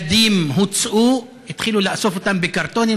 שלדים הוצאו, התחילו לאסוף אותם בקרטונים.